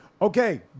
Okay